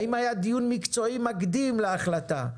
האם היה דיון מקצועי מקדים להחלטה?